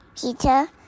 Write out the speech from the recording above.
Peter